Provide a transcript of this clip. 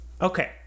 Okay